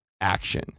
action